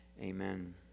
Amen